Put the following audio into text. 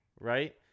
Right